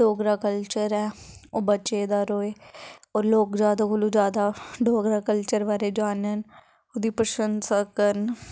Dogra culture ऐ ओह् बचे दा र'वे होर लोक जैदा कोला जैदा डोगरा कल्चर बारे जानन ओह्दी प्रशंसा करन